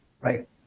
right